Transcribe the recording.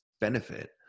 benefit